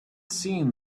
seen